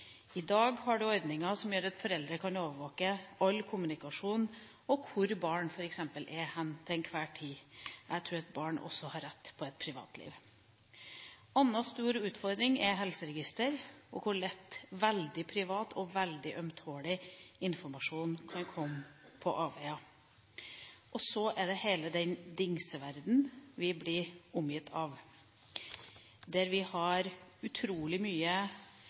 I dag har vi ordninger som gjør at foreldre kan overvåke all kommunikasjon og f.eks. hvor barn er til enhver tid. Jeg tror at barn også har rett til et privatliv. En annen stor utfordring er helseregistre, hvor lett veldig privat og veldig ømtålig informasjon kan komme på avveier. Så er det hele den dingseverdenen vi blir omgitt av, der vi har utrolig